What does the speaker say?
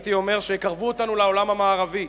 הייתי אומר שיקרבו אותנו לעולם המערבי,